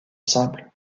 simple